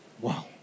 Wow